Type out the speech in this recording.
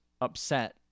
upset